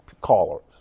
callers